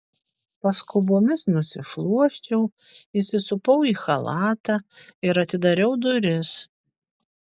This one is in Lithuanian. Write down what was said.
paskubomis nusišluosčiau įsisupau į chalatą ir atidariau duris